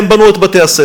הם בנו את בתי-הספר,